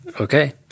Okay